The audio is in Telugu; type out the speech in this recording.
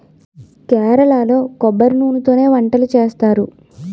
కేరళలో కొబ్బరి నూనెతోనే వంటలు చేస్తారు